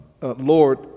Lord